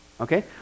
Okay